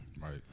Right